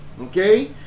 Okay